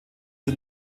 the